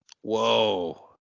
Whoa